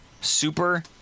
super